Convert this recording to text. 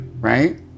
Right